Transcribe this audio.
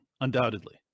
undoubtedly